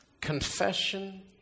Confession